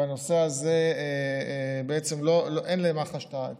ובנושא הזה בעצם אין למח"ש את